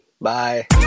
Bye